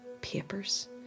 papers